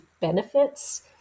benefits